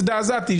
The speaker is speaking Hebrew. הזדעזעתי.